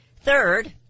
Third